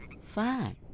Fine